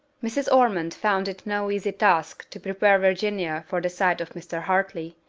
mrs. ormond found it no easy task to prepare virginia for the sight of mr. hartley.